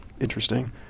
interesting